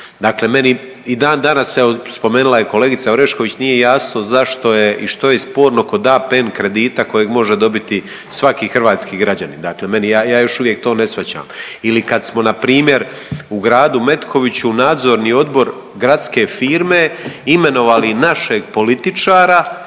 Dakle meni i dan danas evo spomenula je kolegica Orešković nije jasno zašto je i što je sporno kod APN kredita kojeg može dobiti svaki hrvatski građanin. Dakle, meni, ja još uvijek to ne shvaćam ili kad smo na primjer u gradu Metkoviću nadzorni odbor gradske firme imenovali našeg političara